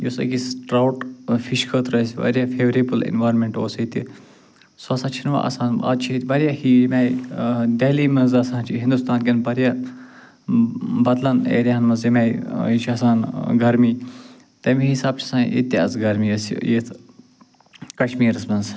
یُس أکِس trout fish خٲطرٕ اَسہِ واریاہ فیوریبٕل اِنوارمٮ۪نٛٹ اوس ییٚتہِ سُہ ہسا چھِنہٕ وَنہِ آسان آز چھِ ییٚتہِ واریاہ ہی ییٚمہِ آیہِ دہلی منٛز آسان چھِ ہنٛدوستان کٮ۪ن واریاہ بدلن ایریاہن منٛز ییٚمہِ آیہِ یہِ چھُ آسان گرمی تَمی حسابہٕ چھِ آسان ییٚتہِ تہِ آز گرمی اَسہِ یَتھ کشمیٖرس منٛز